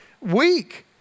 weak